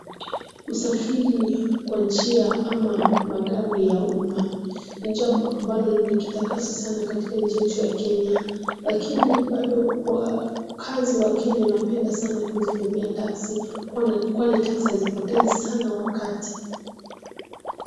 Usafiri kwa njia, ama magari ya umma, ni njia ambalo limekita kasi sana katika nchi yetu ya Kenya, lakini bado wakazi wa Kenya wanapenda sana kuzitumia teksi, kwani teksi hazipotezi sana wakati.